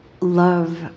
love